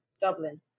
Dublin